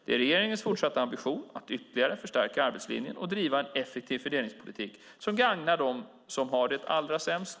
Det är regeringens fortsatta ambition att ytterligare stärka arbetslinjen och driva en effektiv fördelningspolitik som gagnar dem som har det allra sämst.